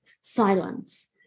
silence